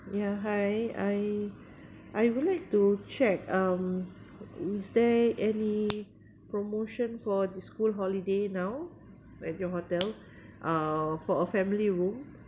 yeah hi I I would like to check um is there any promotion for the school holiday now at your hotel uh for a family room